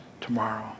tomorrow